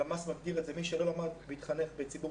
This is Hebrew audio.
הלמ"ס מגדיר את זה: מי שלא למד והתחנך בציבור